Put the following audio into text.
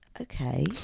Okay